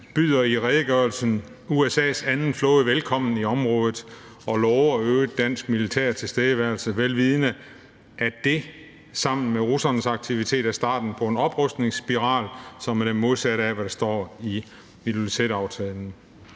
byder i redegørelsen USA's anden flåde velkommen i området og lover øget dansk militær tilstedeværelse, vel vidende at det sammen med russernes aktiviteter er starten på en oprustningsspiral, som er det modsatte af, hvad der står i Ilulissataftalen.